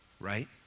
Right